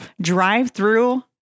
Drive-through